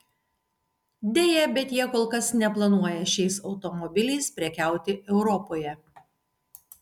deja bet jie kol kas neplanuoja šiais automobiliais prekiauti europoje